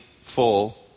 full